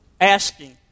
asking